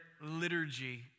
liturgy